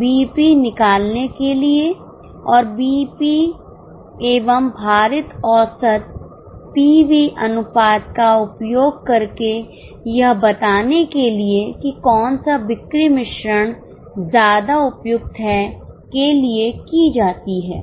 BEP निकालने के लिए और बीईपी एवं भारित औसत पीवी अनुपात का उपयोग करके यह बताने के लिए कि कौन सा बिक्री मिश्रण ज्यादा उपयुक्त है के लिए की जाती है